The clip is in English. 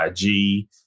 IG